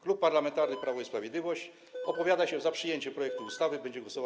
Klub Parlamentarny Prawo i Sprawiedliwość opowiada się za przyjęciem projektu ustawy, będzie głosował.